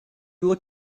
are